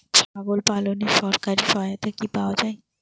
ছাগল পালনে সরকারি সহায়তা কি পাওয়া যায়?